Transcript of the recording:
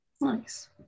Nice